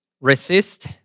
resist